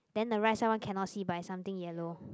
then the right side one cannot see but it's something yellow